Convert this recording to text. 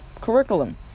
Curriculum